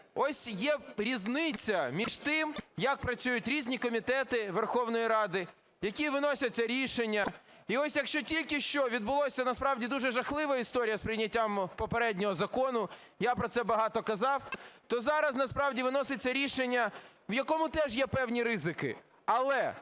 ось є різниця між тим, як працюють різні комітети Верховної Ради, які виносяться рішення. І от, якщо тільки що відбулася насправді дуже жахлива історія з прийняттям попереднього закону, я про це багато казав, то зараз насправді виноситься рішення, в якому теж є певні ризики, але